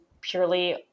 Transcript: purely